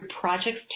projects